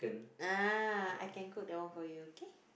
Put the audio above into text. ah I can cook that one for you okay